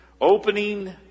opening